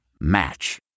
Match